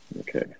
Okay